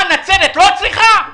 מה, נצרת לא צריכה?